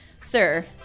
sir